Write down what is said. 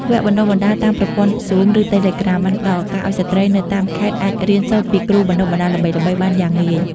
វគ្គបណ្តុះបណ្តាលតាមប្រព័ន្ធ Zoom ឬតេឡេក្រាម បានផ្ដល់ឱកាសឱ្យស្ត្រីនៅតាមខេត្តអាចរៀនសូត្រពីគ្រូបណ្ដុះបណ្ដាលល្បីៗបានយ៉ាងងាយ។